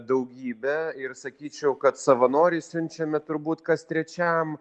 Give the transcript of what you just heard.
daugybę ir sakyčiau kad savanorį siunčiame turbūt kas trečiam